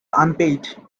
unpaid